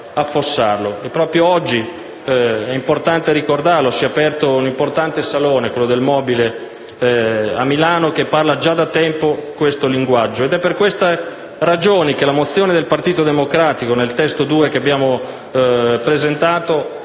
Proprio oggi - è importante ricordarlo - si è aperto un importante salone, quello del mobile a Milano, che parla già da tempo questo linguaggio. Ed è per questa ragione che la mozione del Partito Democratico chiede sostanzialmente